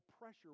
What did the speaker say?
pressure